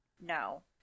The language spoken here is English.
No